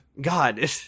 God